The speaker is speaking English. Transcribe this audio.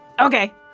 Okay